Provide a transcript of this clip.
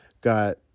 got